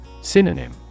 Synonym